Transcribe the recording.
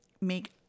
make